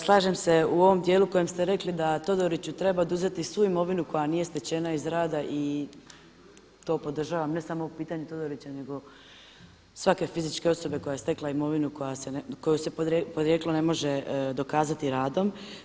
Slažem se u ovom dijelu u kojem ste rekli da Todoriću treba oduzeti svu imovinu koja nije stečena iz rada i to podržavam, ne samo u pitanju Todorića nego svake fizičke osobe koja je stekla imovinu kojoj se porijeklo ne može dokazati radom.